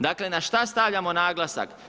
Dakle na šta stavljamo naglasak?